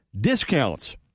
discounts